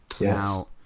Now